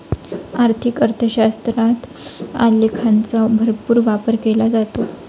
आर्थिक अर्थशास्त्रात आलेखांचा भरपूर वापर केला जातो